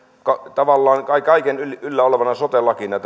tavallaan kaiken yllä olevana sote lakina